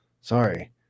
Sorry